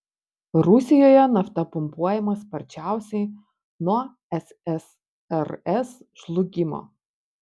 rusijoje nafta pumpuojama sparčiausiai nuo ssrs žlugimo